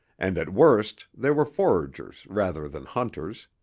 and at worst they were foragers rather than hunters.